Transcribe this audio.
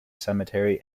cemetery